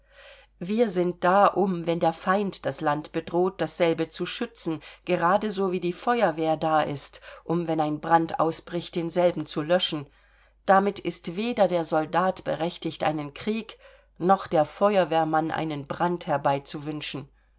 wir sind da um wenn der feind das land bedroht dasselbe zu schützen geradeso wie die feuerwehr da ist um wenn ein brand ausbricht denselben zu löschen damit ist weder der soldat berechtigt einen krieg noch der feuerwehrmann einen brand